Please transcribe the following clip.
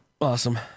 Awesome